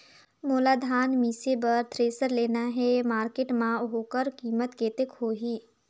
मोला धान मिसे बर थ्रेसर लेना हे मार्केट मां होकर कीमत कतेक होही?